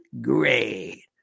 Great